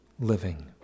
living